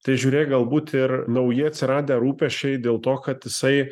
tai žiūrėk galbūt ir nauji atsiradę rūpesčiai dėl to kad jisai